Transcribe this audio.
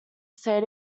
say